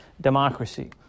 democracy